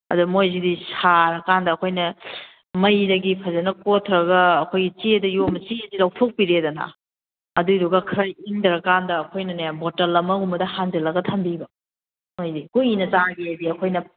ꯑꯗ ꯃꯣꯏꯁꯤꯗꯤ ꯁꯥꯔꯀꯥꯟꯗ ꯑꯩꯈꯣꯏꯅ ꯃꯩꯗꯒꯤ ꯐꯖꯅ ꯀꯣꯊꯔꯒ ꯑꯩꯈꯣꯏꯒꯤ ꯆꯦꯗ ꯌꯣꯝꯕꯁꯤ ꯆꯦꯁꯤ ꯂꯧꯊꯣꯛꯄꯤꯔꯦꯗꯅ ꯑꯗꯨꯏꯗꯨꯒ ꯈꯔ ꯏꯪꯊꯔ ꯀꯥꯟꯗ ꯑꯩꯈꯣꯏꯅꯅꯦ ꯕꯣꯠꯇꯜ ꯑꯃꯒꯨꯝꯕꯗ ꯍꯟꯖꯜꯂꯒ ꯊꯝꯕꯤꯕ ꯃꯣꯏꯗꯤ ꯀꯨꯏꯅ ꯆꯥꯒꯦꯗꯤ ꯑꯩꯈꯣꯏꯅ